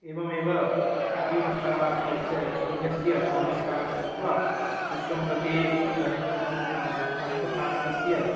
एवमेव आर्यभट्टाः अपि शून्यस्य आविष्कारं कृत्वा विश्वं प्रति गणितं गणितशास्त्रस्य